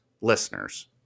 listeners